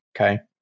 okay